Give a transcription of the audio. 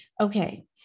Okay